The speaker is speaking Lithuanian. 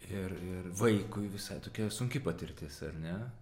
ir ir vaikui visai tokia sunki patirtis ar ne